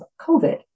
COVID